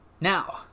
now